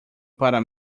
para